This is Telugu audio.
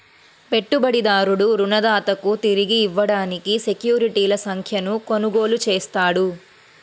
పెట్టుబడిదారుడు రుణదాతకు తిరిగి ఇవ్వడానికి సెక్యూరిటీల సంఖ్యను కొనుగోలు చేస్తాడు